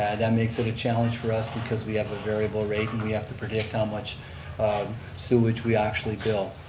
that makes it a challenge for us because we have a variable rate and we have to predict how much sewage we actually bill.